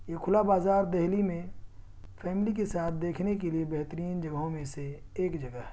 یہ کھلا بازار دہلی میں فیملی کے ساتھ دیکھنے کے لیے بہترین جگہوں میں سے ایک جگہ ہے